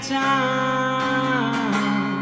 time